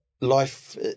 life